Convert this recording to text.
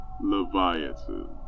Leviathan